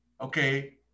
Okay